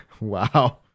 Wow